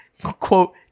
quote